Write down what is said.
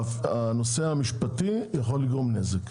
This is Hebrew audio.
שהנושא המשפטי יכול לגרום נזק.